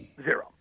Zero